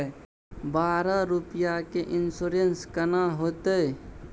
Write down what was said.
बारह रुपिया के इन्सुरेंस केना होतै?